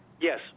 yes